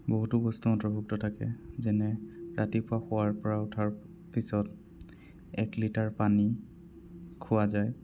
বহুতো বস্তু অন্তৰ্ভুক্ত থাকে যেনে ৰাতিপুৱা শোৱাৰ পৰা উঠাৰ পিছত এক লিটাৰ পানী খোৱা যায়